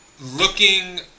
looking